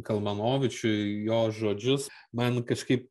kalmanovičių jo žodžius man kažkaip